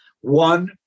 One